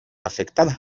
afectada